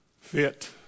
fit